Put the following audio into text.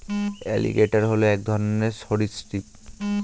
alligator হল এক রকমের সরীসৃপ